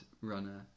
runner